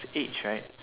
age right